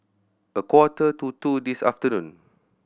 a quarter to two this afternoon